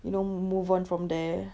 you know move on from there